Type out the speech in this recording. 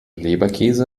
leberkäse